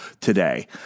today